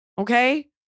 okay